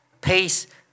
Peace